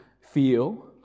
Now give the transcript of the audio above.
feel